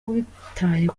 witaye